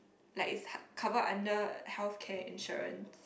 like it cover under health care insurance